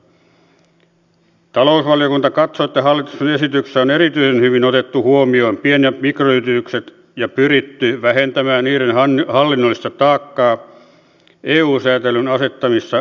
talousvaliokunta katsoo että hallituksen esityksessä on erityisen hyvin otettu huomioon pien ja mikroyritykset ja pyritty vähentämään niiden hallinnollista taakkaa eu säätelyn asettamissa rajoissa